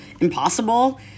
impossible